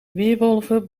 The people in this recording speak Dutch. weerwolven